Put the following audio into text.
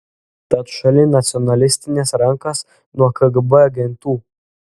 tad šalin nacionalistines rankas nuo kgb agentų